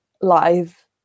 Live